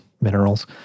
minerals